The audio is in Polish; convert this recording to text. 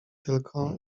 tylko